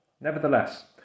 Nevertheless